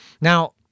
Now